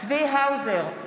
צבי האוזר,